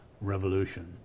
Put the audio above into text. revolution